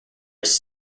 his